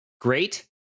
great